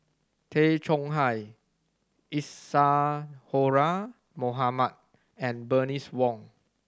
Tay Chong Hai Isadhora Mohamed and Bernice Wong